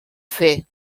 fer